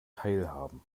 teilhaben